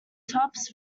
tops